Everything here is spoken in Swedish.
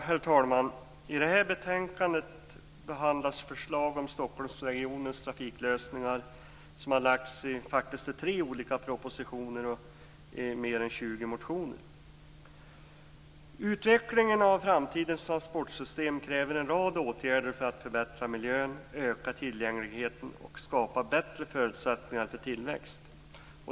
Herr talman! I det här betänkandet behandlas förslag om Stockholmsregionens trafiklösningar som lagts fram i tre olika propositioner och i mer än 20 motioner. Utvecklingen av framtidens transportsystem kräver en rad åtgärder för att förbättra miljön, öka tillgängligheten och skapa bättre förutsättningar för tillväxt.